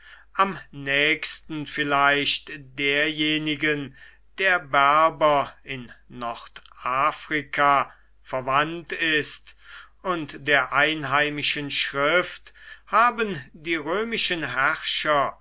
am nächsten vielleicht derjenigen der berber in nordafrika verwandt ist und der einheimischen schrift haben die römischen herrscher